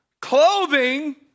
clothing